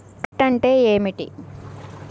Credit అంటే ఏమిటి?